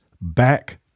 back